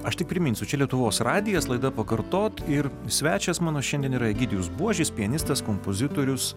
aš tik priminsiu čia lietuvos radijas laida pakartot ir svečias mano šiandien yra egidijus buožis pianistas kompozitorius